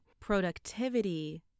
productivity